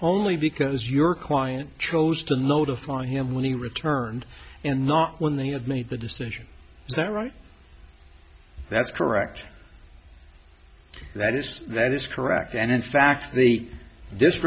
lee because your client chose to notify him when he returned and not when the you've made the decision is that right that's correct that is that is correct and in fact the